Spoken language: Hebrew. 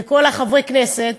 ולכל חברי הכנסת,